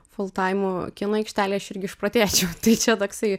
filtavimų kino aikštelėj aš irgi išprotėčiau tai čia toksai